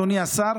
אדוני השר,